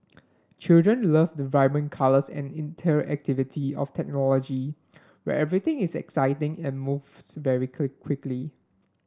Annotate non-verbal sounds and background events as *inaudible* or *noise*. children love the vibrant colours and interactivity of technology where everything is exciting and moves very *unintelligible* quickly